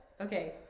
Okay